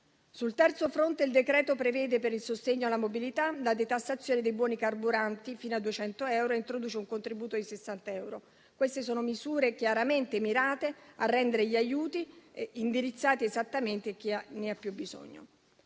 Sul terzo fronte, il decreto-legge prevede, per il sostegno alla mobilità, la detassazione dei buoni carburanti fino a 200 euro e introduce un contributo di 60 euro. Queste sono misure chiaramente mirate a indirizzare gli aiuti a chi ne ha più bisogno.